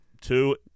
two